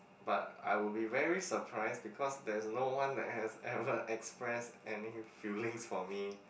but I would be very surprised because there is no one that has ever expressed any feelings for me